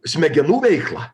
smegenų veiklą